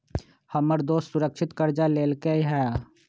हमर दोस सुरक्षित करजा लेलकै ह